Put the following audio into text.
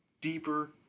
deeper